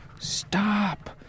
stop